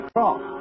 Cross